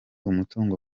umutungo